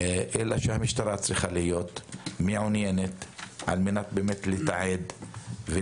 המשטרה צריכה להיות מעוניינת בתיעוד של זה,